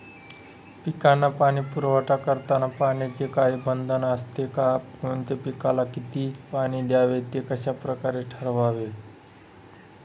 पिकांना पाणी पुरवठा करताना पाण्याचे काही बंधन असते का? कोणत्या पिकाला किती पाणी द्यावे ते कशाप्रकारे ठरवावे?